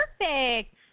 Perfect